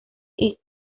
its